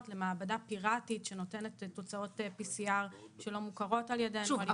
למעבדה פיראטית שנותנת תוצאות PCR שלא מוכרות על ידינו.